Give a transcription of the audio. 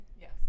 Yes